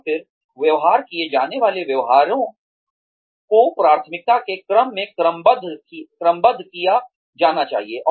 और फिर व्यवहार किए जाने वाले व्यवहारों को प्राथमिकता के क्रम में क्रमबद्ध किया जाना चाहिए